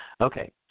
Okay